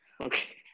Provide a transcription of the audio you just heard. Okay